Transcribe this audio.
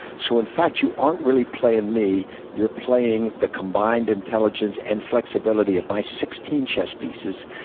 so, in fact, you aren't really playing me. you're playing the combined intelligence and flexibility of my sixteen chess pieces.